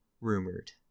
rumored